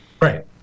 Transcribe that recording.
Right